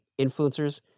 influencers